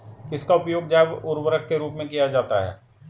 किसका उपयोग जैव उर्वरक के रूप में किया जाता है?